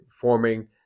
forming